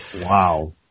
Wow